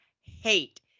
hate